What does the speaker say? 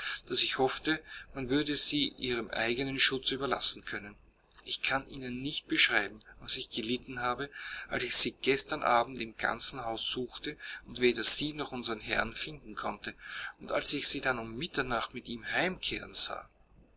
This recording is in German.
daß ich hoffte man würde sie ihrem eigenen schutz überlassen können ich kann ihnen nicht beschreiben was ich gelitten habe als ich sie gestern abend im ganzen hause suchte und weder sie noch unsern herrn finden konnte und als ich sie dann um mitternacht mit ihm heimkehren sah